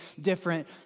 different